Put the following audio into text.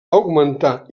augmentar